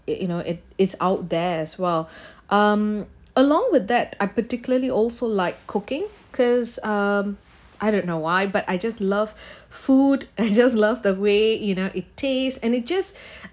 it it you know it it's out there as well um along with that I particularly also like cooking because um I don't know why but I just love food I just love the way you know it taste and it just